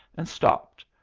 and stopped.